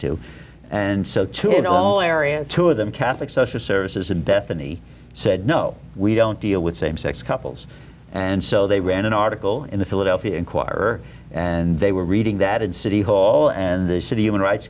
to and so too in all areas two of them catholic social services and bethany said no we don't deal with same sex couples and so they ran an article in the philadelphia inquirer and they were reading that in city hall and city human rights